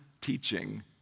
teaching